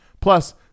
Plus